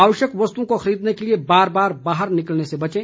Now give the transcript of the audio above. आवश्यक वस्तुओं को खरीदने के लिए बार बार बाहर निकलने से बचें